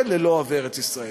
ארץ-ישראל וללא אוהבי ארץ-ישראל.